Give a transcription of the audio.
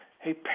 hey